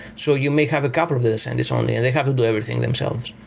so you may have a couple of this and it's only and they have to do everything themselves.